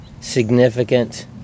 significant